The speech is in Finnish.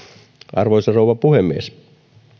arvoisa rouva puhemies